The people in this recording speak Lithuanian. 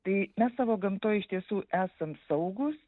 tai mes savo gamtoj iš tiesų esam saugūs